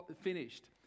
finished